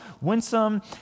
winsome